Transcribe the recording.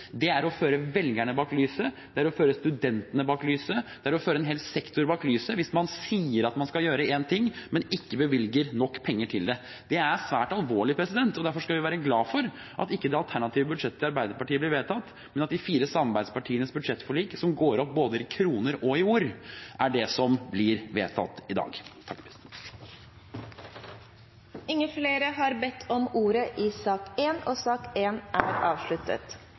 Det er å føre velgerne bak lyset, det er å føre studentene bak lyset, det er å få føre en hel sektor bak lyset – hvis man sier at man skal gjøre en ting, men ikke bevilger nok penger til det. Det er svært alvorlig, og derfor skal vi være glade for at det alternative budsjettet til Arbeiderpartiet ikke blir vedtatt, men at de fire samarbeidspartienes budsjettforlik, som går opp både i kroner og i ord, er det som blir vedtatt i dag. Flere har ikke bedt om ordet i sak nr. 1. Det ringes til votering. Da er